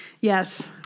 Yes